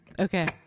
Okay